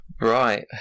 Right